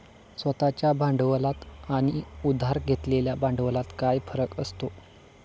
स्वतः च्या भांडवलात आणि उधार घेतलेल्या भांडवलात काय फरक असतो?